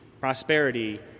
prosperity